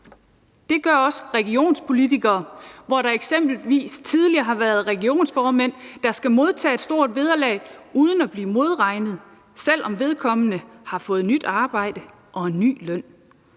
Det gør også regionsrådspolitikere, hvor der eksempelvis tidligere har været regionsrådsformænd, der har skullet modtage et stort vederlag uden at blive modregnet, selv om vedkommende havde fået nyt arbejde og en ny løn.